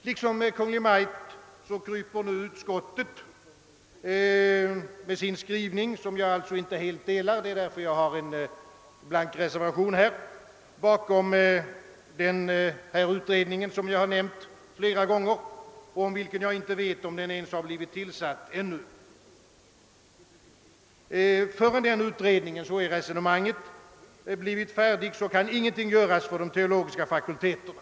Liksom Kungl. Maj:t kryper nu utskottet med sin skrivning — som jag alltså inte helt gillar, det är därför som jag har avgivit en blank reservation — bakom den utredning som jag flera gånger nämnt och om vilken jag inte vet om den ens har blivit tillsatt. Man resonerar som så, att innan den utredningen är färdig kan ingenting göras för de teologiska fakulteterna.